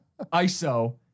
ISO